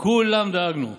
לכולם דאגנו.